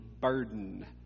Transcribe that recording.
burden